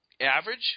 average